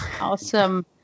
awesome